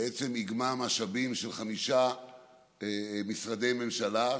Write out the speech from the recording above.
היא בעצם איגמה משאבים של חמישה משרדי ממשלה,